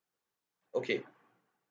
okay